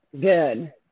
Good